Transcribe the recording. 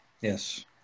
Yes